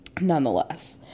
nonetheless